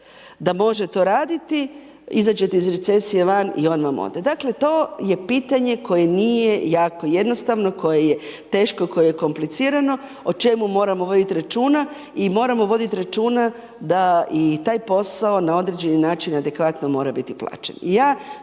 da može to raditi, izađete iz recesije van i on vam ode. Dakle to je pitanje koje nije jako jednostavno, koje je teško, koje je komplicirano, o čemu moramo voditi računa i moramo vidjeti računa da i taj posao na određeni način adekvatno mora biti plaćen.